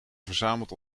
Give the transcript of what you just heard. verzamelt